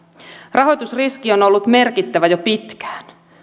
rahoitusriski on ollut merkittävä jo pitkään